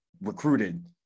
recruited